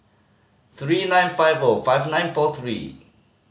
three nine five five nine four three